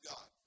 God